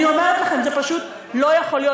אני אומרת לכם, זה פשוט לא יכול להיות.